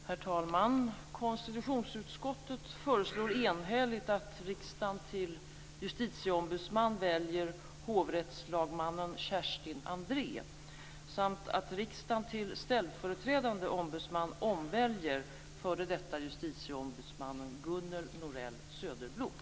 Herr talman! Konstitutionsutskottet föreslår enhälligt att riksdagen till justitieombudsman väljer hovrättslagmannen Kerstin André samt att riksdagen till ställföreträdande ombudsman omväljer f.d. justitieombudsmannen Gunnel Norell Söderblom.